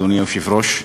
אדוני היושב-ראש.